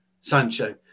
Sancho